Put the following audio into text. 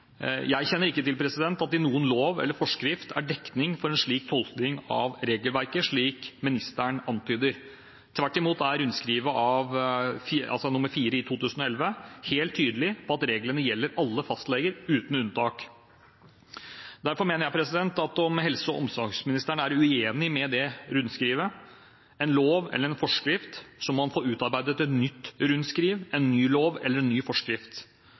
Jeg kjenner ikke til at det i noen lov eller forskrift er dekning for en slik tolkning av regelverket som ministeren antyder. Tvert imot er rundskriv I-4/2011 helt tydelig på at reglene gjelder alle fastleger uten unntak. Derfor mener jeg at om helse- og omsorgsministeren er uenig i det rundskrivet, en lov eller en forskrift, må han få utarbeidet et nytt rundskriv, en ny lov eller en ny forskrift.